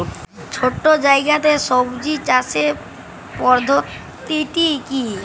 ছোট্ট জায়গাতে সবজি চাষের পদ্ধতিটি কী?